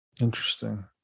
Interesting